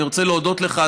אני רוצה להודות לך,